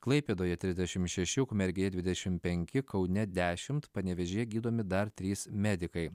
klaipėdoje trisdešimt šeši ukmergėje dvidešimt penki kaune dešimt panevėžyje gydomi dar trys medikai